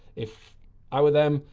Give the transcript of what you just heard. if i were them,